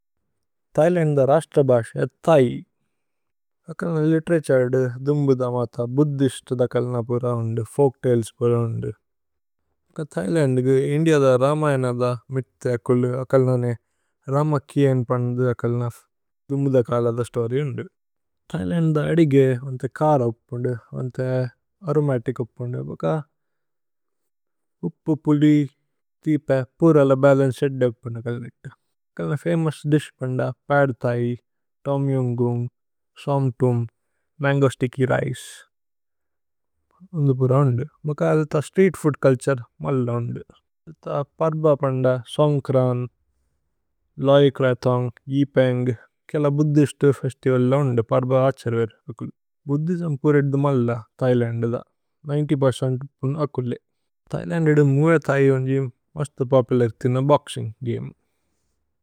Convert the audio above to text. ഥൈലന്ദ രസ്തബശ് ഏ ഥൈ। അകല്ന ലിതേരതുരേ ദു,। ദുമ്ബു ദ മത, ബുദ്ധിസ്തു ദ കല്ന പുര ഓന്ദു, ഫോല്ക്। തലേസ് പുര ഓന്ദു। ഥൈലന്ദു ഇന്ദിഅദ രമയന ദ। മിഥ് ഏകുലു, അകല്ന നേ രമകിഅന് പന്ദു അകല്ന ദുമ്ബു। ദ കല ദ സ്തോരി ഓന്ദു ഥൈലന്ദ അദിഗേ വന്തേ കാര। ഉപ്പോന്ദു വന്തേ അരോമതിക് ഉപ്പോന്ദു, ബക ഉപ്പു, പുദി। തീപേ പുരല ബലന്ചേ ഏദ്ദ ഉപ്പോന്ദു കല്നി അകല്ന। ഫമോഉസ് ദിശ് പന്ദ pad Thai tom yum goong som tum. Mango sticky rice ഓന്ദു പുര ഓന്ദു ബക അദത സ്ത്രീത്। ഫൂദ് ചുല്തുരേ മല്ല ഓന്ദു। അദത പര്ബ പന്ദ സോന്ഗ്ക്രന്। ലോഇ ക്രഥോന്ഗ് ഇപേന്ഗ് കേല ബുദ്ധിസ്തു ഫേസ്തിവല് ല ഓന്ദു। പര്ബ അഛര്വേര് ഏകുലു ഭുദ്ധിസ്മ് പുര ഏദ്ദ മല്ല। ഥൈലന്ദ ദ പുന ഏകുലേ ഥൈലന്ദിദ മുഅ ഥൈ। ഓന്ജി മസ്ത പോപുലര് ഥിന ബോക്സിന്ഗ് ഗമേ।